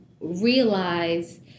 realize